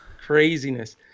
Craziness